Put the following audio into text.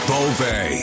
Bove